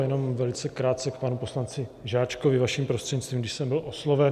Jenom velice krátce k panu poslanci Žáčkovi vaším prostřednictvím, když jsem byl osloven.